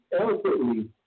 eloquently